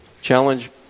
challenge